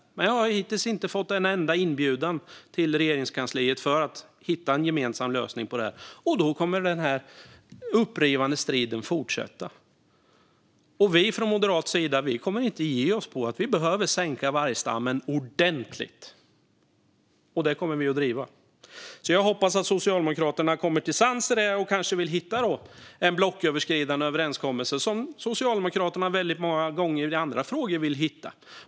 Men jag har hittills inte fått en enda inbjudan till Regeringskansliet för att hitta en gemensam lösning på det här, och då kommer denna upprivande strid att fortsätta. Från moderat sida kommer vi inte att ge oss. Vi behöver minska vargstammen ordentligt. Det kommer vi att driva. Jag hoppas att Socialdemokraterna kommer till sans i detta och kanske vill hitta en blocköverskridande överenskommelse, vilket Socialdemokraterna väldigt många gånger brukar vilja hitta i andra frågor.